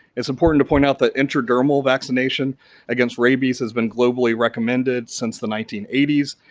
it's important to point out the intradermal vaccination against rabies has been globally recommended since the nineteen eighty s.